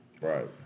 Right